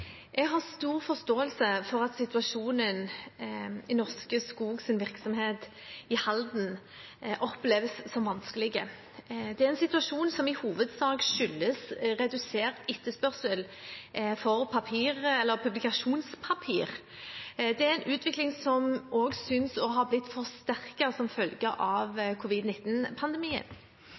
Jeg har stor forståelse for at situasjonen i Norske Skogs virksomhet i Halden oppleves som vanskelig. Det er en situasjon som i hovedsak skyldes redusert etterspørsel etter publikasjonspapir. Det er en utvikling som også synes å ha blitt forsterket som følge av